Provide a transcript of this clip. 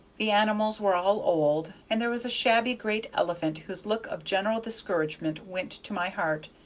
the animals were all old, and there was a shabby great elephant whose look of general discouragement went to my heart,